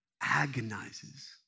agonizes